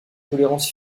tolérance